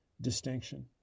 distinction